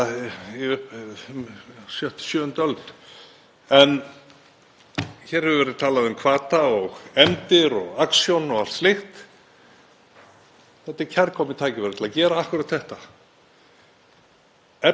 Þetta er kærkomið tækifæri til að gera akkúrat þetta, efla hér matvælaframleiðslu, bæði í því eðlilegasta samhengi sem búskapurinn er,